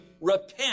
repent